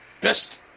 Best